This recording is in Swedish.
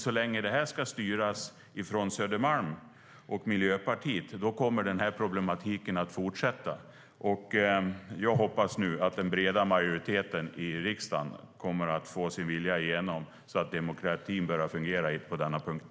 Så länge det ska styras från Södermalm och Miljöpartiet kommer problematiken dock att fortsätta, och jag hoppas nu att den breda majoriteten i riksdagen får sin vilja igenom så att demokratin börjar fungera på denna punkt.